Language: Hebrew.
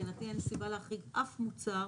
מבחינתי אין סיבה להחריג אף מוצר